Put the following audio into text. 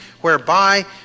whereby